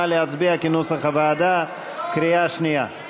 נא להצביע כנוסח הוועדה, קריאה שנייה.